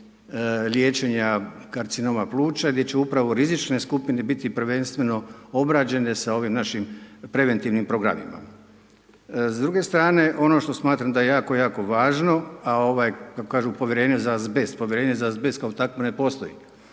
liječenja karcinoma pluća, gdje će upravo rizične skupine biti prvenstveno obrađene sa ovim našim preventivnim programima. S druge strane, ono što smatram da je jako jako važno, a kako kažu povjerenje za azbest, povjerenje za azbest kao takvo ne postoji,